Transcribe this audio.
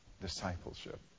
Discipleship